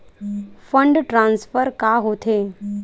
Fund transfer का होथे?